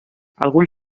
algun